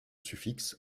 suffixe